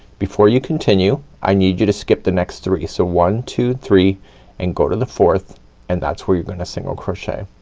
before you continue i need you to skip the next three. so one, two, three and go to the fourth and that's where you're going to single crochet.